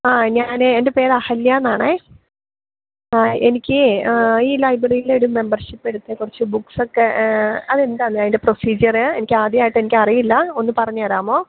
ആ ഞാൻ എന്റെ പേര് അഹല്യാന്നാണ് ആ എനിക്ക് ഈ ലൈബറീൽ ഒരു മെമ്പർഷിപ്പെടുത്ത് കുറച്ച് ബുക്സൊക്കെ അതെന്താന്നേ അതിന്റെ പ്രൊസീജ്യറ് എനിക്ക് ആദ്യമായിട്ടാണ് എനിക്ക് അറിയില്ല ഒന്ന് പറഞ്ഞ് തരാമോ